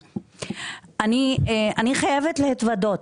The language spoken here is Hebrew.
אני חייבת להתוודות,